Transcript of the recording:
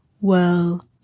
Well